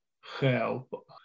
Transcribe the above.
help